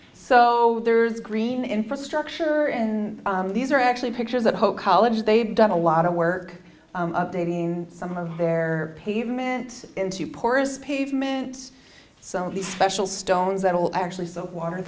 so there's green infrastructure and these are actually pictures of hope college they've done a lot of work updating some of their pavement into porous pavement some of these special stones that will actually soak water